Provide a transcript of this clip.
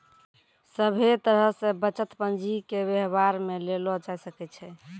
सभे तरह से बचत पंजीके वेवहार मे लेलो जाय सकै छै